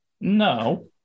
no